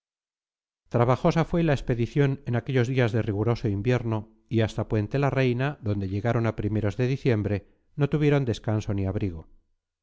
restante trabajosa fue la expedición en aquellos días de riguroso invierno y hasta puente la reina donde llegaron a primeros de diciembre no tuvieron descanso ni abrigo